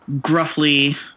gruffly